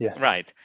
Right